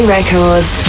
Records